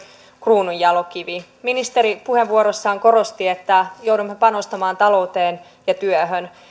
kruununjalokivi ministeri puheenvuorossaan korosti että joudumme panostamaan talouteen ja työhön